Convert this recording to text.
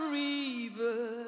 river